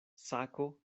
sako